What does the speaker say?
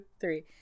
three